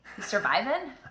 surviving